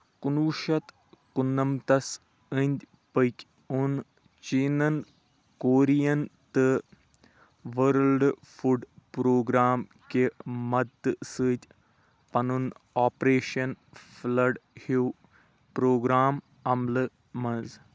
کُنوُہ شیٚتھ کُنہٕ نَمَتھ تھس اندۍ پٔكۍ او٘ن چیٖنن کورِین تہٕ ؤرلڑٕ فُڈ پرٛوگرام کہِ مددٕ سٕتۍ پَنُن آپریشَن فٕلَڈ ہیٚو پرٛوگرام عملہٕ منٛز